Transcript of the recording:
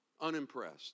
Unimpressed